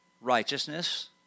righteousness